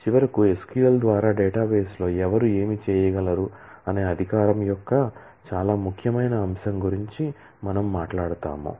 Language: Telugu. చివరకు SQL ద్వారా డేటాబేస్లో ఎవరు ఏమి చేయగలరు అనే అధికారం యొక్క చాలా ముఖ్యమైన అంశం గురించి మనము మాట్లాడుతాము